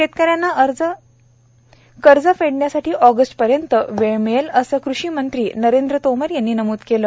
शेतक यांना कर्ज फ़ेडण्यासाठी ऑगस्ट पर्यंत वेळ मिळेल असे कृषीमंत्री नरेंद्र तोमर यांनी नम्द केले